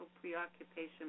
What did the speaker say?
preoccupation